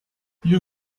you